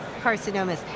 carcinomas